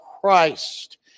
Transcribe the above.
Christ